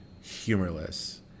humorless